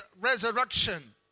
resurrection